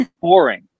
boring